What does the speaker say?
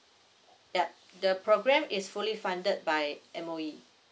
yup the program is fully funded by M_O_E